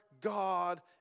God